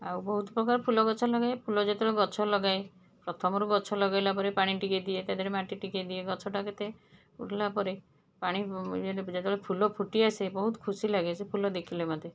ଆଉ ବହୁତ ପ୍ରକାର ଫୁଲ ଗଛ ଲଗାଏ ଫୁଲ ଯେତେବେଳେ ଗଛରେ ଲଗାଏ ପ୍ରଥମରୁ ଗଛ ଲଗାଇଲା ପରେ ପାଣି ଟିକିଏ ଦିଏ ତା' ଦେହରେ ମାଟି ଟିକିଏ ଦିଏ ଗଛଟା କେତେ ଉଠିଲା ପରେ ପାଣି ଯେତେବେଳେ ଫୁଲ ଫୁଟି ଆସେ ବହୁତ ଖୁସି ଲାଗେ ସେହି ଫୁଲ ଦେଖିଲେ ମୋତେ